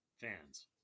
fans